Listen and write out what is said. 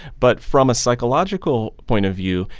but from a psychological point of view,